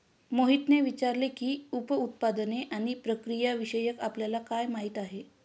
मोहितने विचारले की, उप उत्पादने आणि प्रक्रियाविषयी आपल्याला काय माहिती आहे?